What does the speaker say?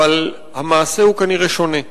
אבל המעשה הוא כנראה שונה,